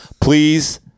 Please